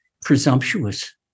presumptuous